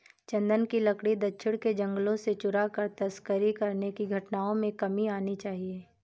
चन्दन की लकड़ी दक्षिण के जंगलों से चुराकर तस्करी करने की घटनाओं में कमी आनी चाहिए